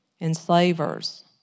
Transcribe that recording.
enslavers